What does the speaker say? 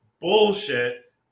Bullshit